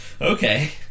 okay